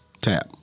tap